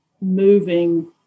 moving